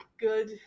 Good